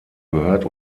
gehört